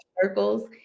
circles